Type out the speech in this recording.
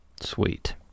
Sweet